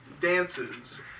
dances